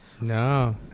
no